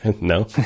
no